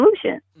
solution